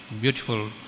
beautiful